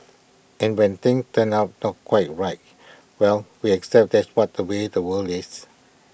and when things turn out not quite right well we accept that's what the way the world is